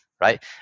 right